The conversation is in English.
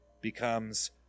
becomes